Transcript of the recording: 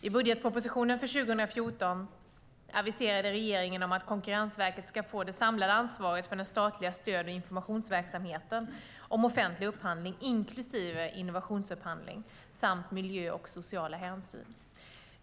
I budgetpropositionen för 2014 aviserade regeringen att Konkurrensverket ska få det samlade ansvaret för den statliga stöd och informationsverksamheten om offentlig upphandling inklusive innovationsupphandling, miljöhänsyn och sociala hänsyn.